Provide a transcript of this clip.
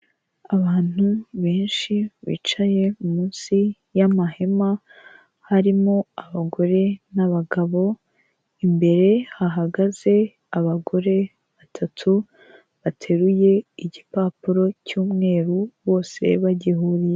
Abantu benshi bicaye munsi y'amahema harimo abagore n'abagabo imbere hahagaze abagore batatu bateruye igipapuro cy'umweru bose bagihuriye...